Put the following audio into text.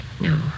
No